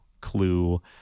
clue